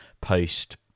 post